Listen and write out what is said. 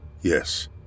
Yes